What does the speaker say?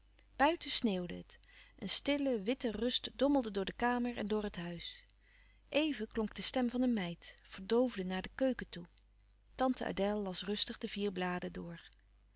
buiten sneeuwde het een stille witte rust dommelde door de kamer en door het huis even klonk de stem van een meid verdoofde naar de keuken toe tante adèle las rustig de vier bladen door